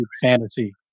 fantasy